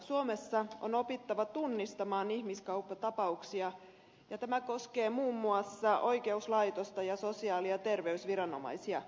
suomessa on opittava tunnistamaan ihmiskauppatapauksia ja tämä koskee muun muassa oikeuslaitosta ja sosiaali ja terveysviranomaisia